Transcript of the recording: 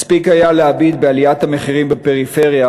מספיק היה להביט בעליית המחירים בפריפריה